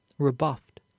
Rebuffed